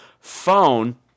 phone